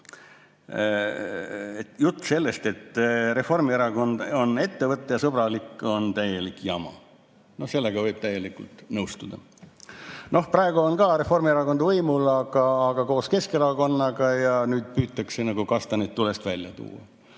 Jutt sellest, et Reformierakond on ettevõttesõbralik, on täielik jama. Sellega võib täielikult nõustuda. Ka praegu on võimul Reformierakond, aga koos Keskerakonnaga, ja nüüd püütakse kastaneid tulest välja tuua.